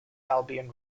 albion